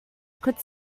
could